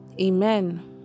Amen